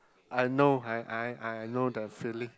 I know I I I know the feeling